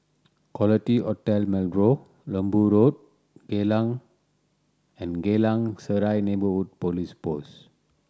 Quality Hotel Marlow Lembu Road Geylang and Geylang Serai Neighbourhood Police Post